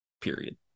period